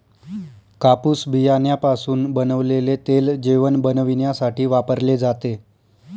कापूस बियाण्यापासून बनवलेले तेल जेवण बनविण्यासाठी वापरले जाते